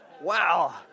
Wow